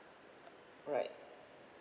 alright